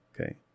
Okay